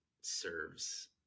serves